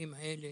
והסייגים האלה,